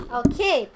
okay